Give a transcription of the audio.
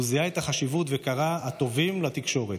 זיהה את החשיבות וקרא: הטובים לתקשורת.